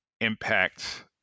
impact